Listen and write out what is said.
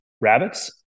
rabbits